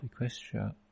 Equestria